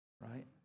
right